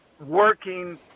working